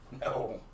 No